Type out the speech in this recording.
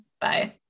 Bye